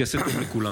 שיעשה טוב לכולם.